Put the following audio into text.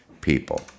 people